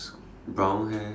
brown hair